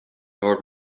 more